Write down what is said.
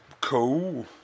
Cool